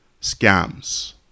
scams